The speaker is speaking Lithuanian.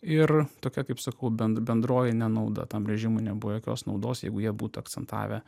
ir tokia kaip sakau ben bendroji nenauda tam režimui nebuvo jokios naudos jeigu jie būtų akcentavę